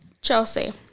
Chelsea